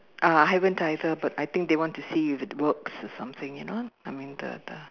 uh haven't either but I think they want to see if it works or something you know I mean the the